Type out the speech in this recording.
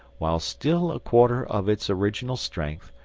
while still a quarter of its original strength,